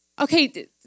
Okay